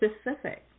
specific